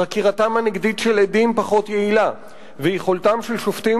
חקירתם הנגדית של עדים פחות יעילה ויכולתם של שופטים